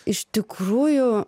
iš tikrųjų